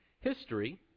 History